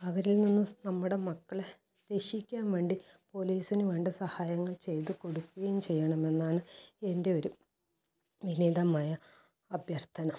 അവരിൽ നിന്ന് നമ്മുടെ മക്കളെ രക്ഷിക്കാൻ വേണ്ടി പൊലീസിന് വേണ്ട സഹായങ്ങൾ ചെയ്തു കൊടുക്കുകയും ചെയ്യണമെന്നാണ് എൻ്റെ ഒരു വിനീതമായ അഭ്യർത്ഥന